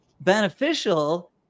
beneficial